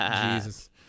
Jesus